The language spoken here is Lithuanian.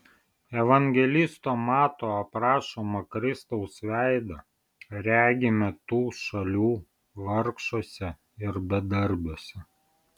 evangelisto mato aprašomą kristaus veidą regime tų šalių vargšuose ir bedarbiuose